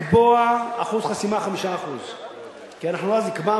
לקבוע אחוז חסימה 5%. כי אנחנו אז נקבע,